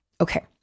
Okay